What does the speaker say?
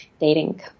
dating